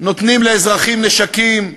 נותנים לאזרחים נשקים,